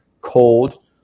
cold